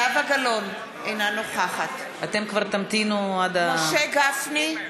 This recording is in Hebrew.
אינה נוכחת משה גפני,